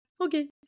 okay